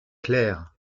clair